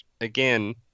again